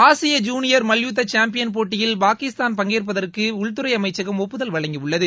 ஆசிய ஜூனியர் மல்யுத்த சாம்பியன் போட்டியில் பாகிஸ்தான் பங்கேற்பதற்கு உள்துறை அமைச்சகம் ஒப்புதல் வழங்கியுள்ளது